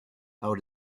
out